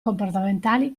comportamentali